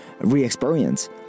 re-experience